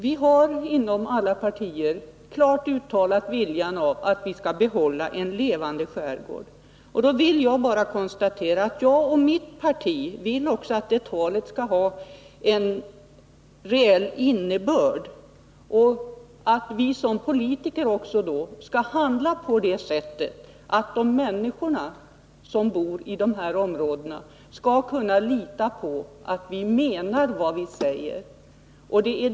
Vi har inom alla partier klart uttalat viljan att behålla en levande skärgård. Jag och mitt parti vill att det talet också skall ha en reell innebörd, att vi som politiker skall handla på ett sådant sätt att de människor som bor i dessa områden skall kunna lita på att vi menar vad vi säger.